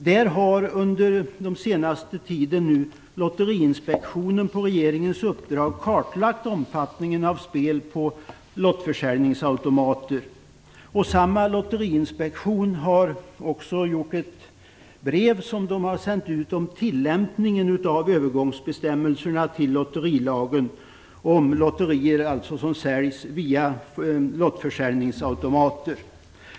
Där har under den senaste tiden Lotteriinspektionen på regeringens uppdrag kartlagt omfattningen av spel på lottförsäljningsautomater. Lotteriinspektionen har också sänt ut ett brev om tillämpningen av övergångsbestämmelserna till lotterilagen, om lotterier som säljs via lottförsäljningsautomater.